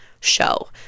show